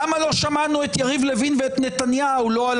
למה לא שמענו את יריב לוין ואת נתניהו לא על